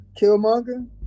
Killmonger